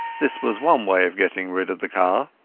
this was one way of getting rid of the car.